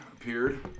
appeared